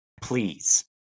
please